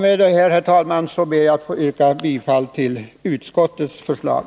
Med detta, herr talman, ber jag att få yrka bifall till utskottets förslag.